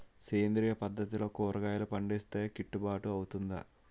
సేంద్రీయ పద్దతిలో కూరగాయలు పండిస్తే కిట్టుబాటు అవుతుందా?